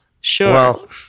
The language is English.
sure